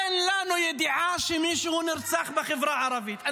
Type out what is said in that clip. שאין לנו ידיעה על מישהו שנרצח בחברה הערבית.